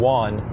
one